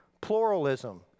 Pluralism